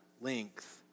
length